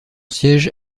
siège